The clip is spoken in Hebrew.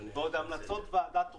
בעוד המלצות ועדת רוזן,